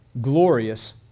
glorious